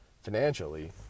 financially